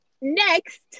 Next